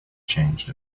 changed